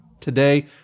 Today